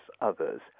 others